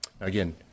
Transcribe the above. Again